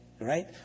Right